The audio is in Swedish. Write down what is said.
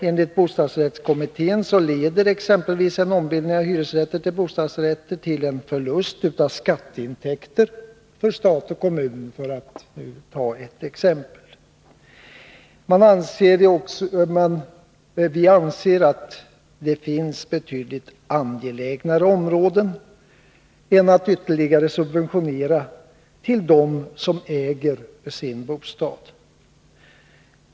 För att ta ett exempel så leder en ombildning av hyresrätt till bostadsrätt till en förlust av skatteintäkter för stat och kommun, enligt bostadsrättskommittén. Vi anser att det finns betydligt angelägnare områden än detta, vilket innebär att man ytterligare subventionerar till dem som äger sin bostad.